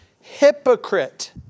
Hypocrite